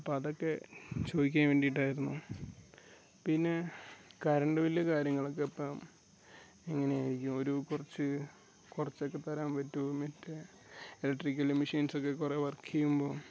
അപ്പം അതെക്കെ ചോദിക്കാൻ വേണ്ടീട്ടായിരുന്നു പിന്നെ കറണ്ട് ബില്ല് കാര്യങ്ങൾ ഒക്കെ ഇപ്പം എങ്ങനെയായിരിക്കും ഒരു കുറച്ച് കുറച്ചെക്കെ തരാൻ പറ്റുമോ മറ്റെ എലക്ട്രിക്കല് മെഷീൻസൊക്കെ കുറെ വർക്ക് ചെയ്യുമ്പോൾ